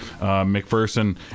McPherson